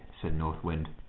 said north wind.